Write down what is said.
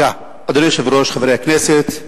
אדוני היושב-ראש, חברי הכנסת,